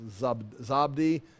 Zabdi